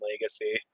Legacy